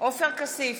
עופר כסיף,